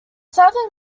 southern